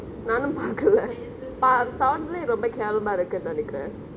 நானு பாக்கலே பா~:naanu paakalae paa~ sound லே ரொம்ப கேவலமா இருக்கு நெனைக்குரே:le rombe kevalamaa irukku nenaikure